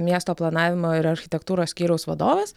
miesto planavimo ir architektūros skyriaus vadovas